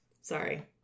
Sorry